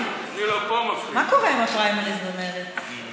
קורה עם הפריימריז במרצ?